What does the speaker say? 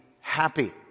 happy